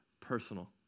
personal